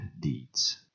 deeds